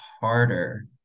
harder